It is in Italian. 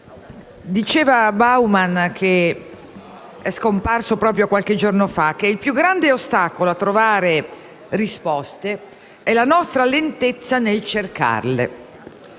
diceva Bauman, scomparso proprio qualche giorno fa, che il più grande ostacolo a trovare risposte è la nostra lentezza nel cercarle.